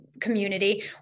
community